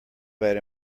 bat